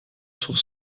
sur